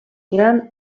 gran